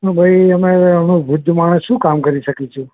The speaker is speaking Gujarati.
એમાં ભઈ અમે એમાં વૃદ્ધ માણસ શું કામ કરી શકીશું